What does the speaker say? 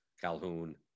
Calhoun